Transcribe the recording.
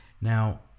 now